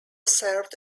served